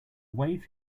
wave